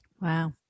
Wow